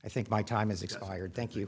i think my time has expired thank